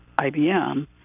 IBM